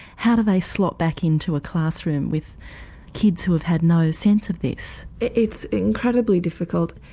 how do they slot back into a classroom with kids who have had no sense of this? it's incredibly difficult.